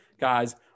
guys